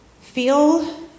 feel